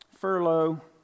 furlough